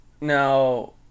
Now